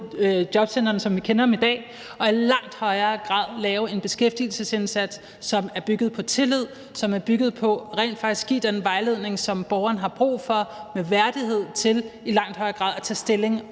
jobcentrene, som vi kender dem i dag, og i langt højere grad lave en beskæftigelsesindsats, som er bygget på tillid, som er bygget på rent faktisk at give den vejledning, som borgeren har brug for, og den værdighed, der er ved i langt højere grad at have